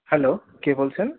hello কে বলছেন